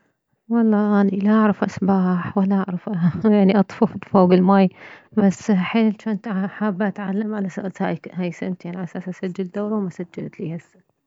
والله اني لا اعرف اسبح ولا اعرف يعني اطفو فوك الماي بس حيل جنت حابة اتعلم علساس هاي صار سنتين علساس اسجل دورة وما سجلت ليهسه